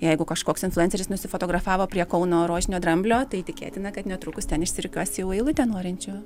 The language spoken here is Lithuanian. jeigu kažkoks influenceris nusifotografavo prie kauno rožinio dramblio tai tikėtina kad netrukus ten išsirikiuos jau eilutė norinčių